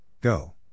Go